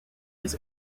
les